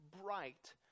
bright